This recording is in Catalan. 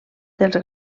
dels